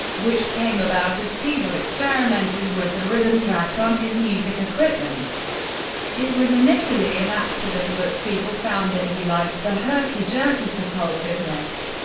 which came about as fiedel experimented with the rhythm track on his music equipment it was initially an accident, but fiedel found that he liked the herky-jerky propulsiveness.